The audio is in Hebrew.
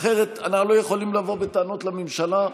אחרת אנחנו לא יכולים לבוא בטענות לממשלה.